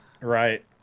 right